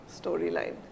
storyline